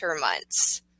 months